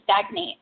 stagnate